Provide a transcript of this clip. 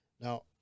now